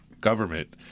government